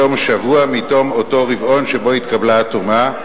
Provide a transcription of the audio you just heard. בתום שבוע מתום אותו רבעון שבו התקבלה התרומה,